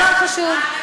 חשוב.